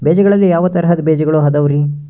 ಬೇಜಗಳಲ್ಲಿ ಯಾವ ತರಹದ ಬೇಜಗಳು ಅದವರಿ?